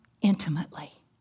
intimately